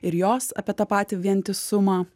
ir jos apie tą patį vientisumą